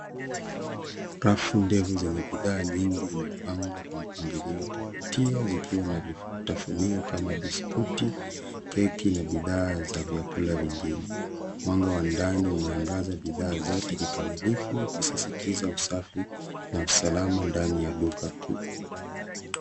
Rafu ndefu zenye bidhaa nyingi zimepangwa kwa mpangilio wa kuvutia zikiwa na vitafunio kama biskuti, keki na bidhaa za vyakula vingine. Mwanga wa ndani unaangaza bidhaa zote kikamilifu ikisisitiza usafi na usalama ndani ya duka kuu.